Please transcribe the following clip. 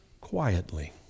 quietly